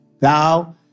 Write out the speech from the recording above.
Thou